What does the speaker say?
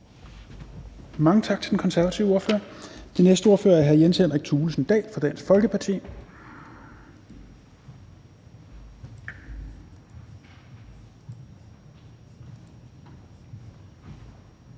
Mange tak til den konservative ordfører. Den næste ordfører er hr. Jens Henrik Thulesen Dahl fra Dansk Folkeparti.